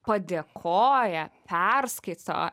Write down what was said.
padėkoja perskaito